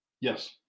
yes